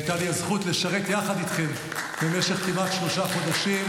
הייתה לי הזכות לשרת יחד איתכם במשך כמעט שלושה חודשים,